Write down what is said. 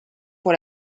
pour